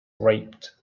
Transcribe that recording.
raped